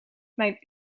mijn